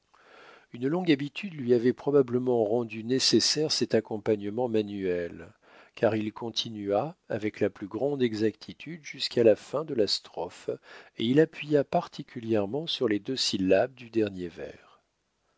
une longue habitude lui avait probablement rendu nécessaire cet accompagnement manuel car il continua avec la plus grande exactitude jusqu'à la fin de la strophe et il appuya particulièrement sur les deux syllabes du dernier vers